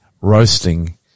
roasting